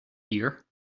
here